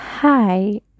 Hi